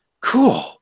cool